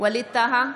ווליד טאהא,